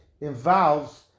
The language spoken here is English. involves